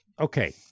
okay